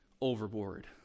overboard